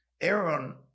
Aaron